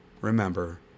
remember